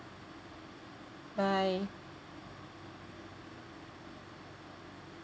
bye